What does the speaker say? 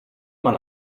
man